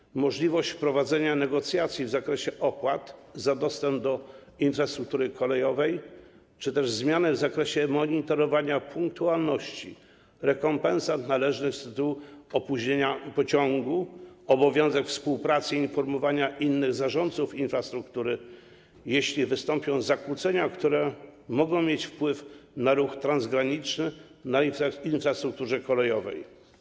Chodzi o możliwość wprowadzenia negocjacji w zakresie opłat za dostęp do infrastruktury kolejowej, zmiany w zakresie monitorowania punktualności, rekompensat należnych z tytułu opóźnienia pociągu, obowiązku współpracy, informowania innych zarządców infrastruktury, jeśli wystąpią zakłócenia, które mogą mieć wpływ na ruch transgraniczny w przypadku infrastruktury kolejowej.